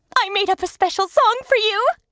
i made up a special song for you!